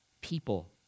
people